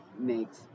makes